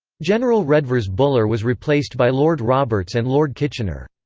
general redvers buller was replaced by lord roberts and lord kitchener.